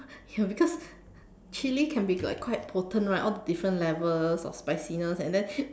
ya because chili can be quite potent right all the different levels of spiciness and then